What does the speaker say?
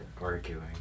arguing